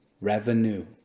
Revenue